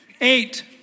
Eight